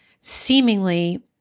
seemingly